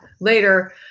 later